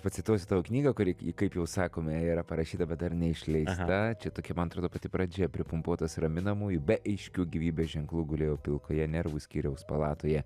pacituosiu tavo knygą kuri kaip jau sakome yra parašyta bet dar neišleista čia tokia man atrodo pati pradžia pripumpuotas raminamųjų be aiškių gyvybės ženklų gulėjau pilkoje nervų skyriaus palatoje